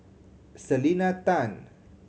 Selena Tan